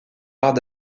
barres